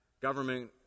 government